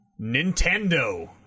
Nintendo